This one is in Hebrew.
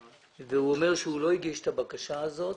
הוא אומר שהוא לא הגיש את הבקשה הזאת,